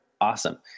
awesome